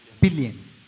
Billion